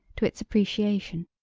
to its appreciation.